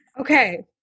okay